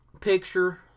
picture